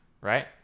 right